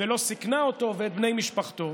ולא סיכנה אותו ואת בני משפחתו.